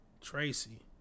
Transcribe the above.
Tracy